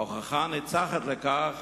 ההוכחה הניצחת לכך